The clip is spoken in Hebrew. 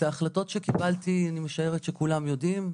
את ההחלטות שקיבלתי אני משערת שכולם יודעים.